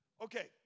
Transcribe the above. Okay